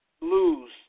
lose